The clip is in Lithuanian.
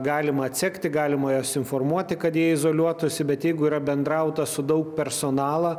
galima atsekti galima juos informuoti kad jie izoliuotųsi bet jeigu yra bendrauta su daug personalą